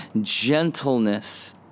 gentleness